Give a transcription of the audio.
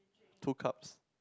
two cups